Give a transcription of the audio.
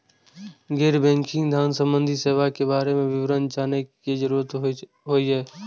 गैर बैंकिंग धान सम्बन्धी सेवा के बारे में विवरण जानय के जरुरत होय हय?